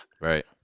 Right